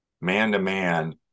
man-to-man